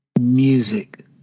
music